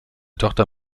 tochter